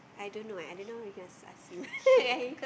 I don't know eh I don't know we can ask ask him I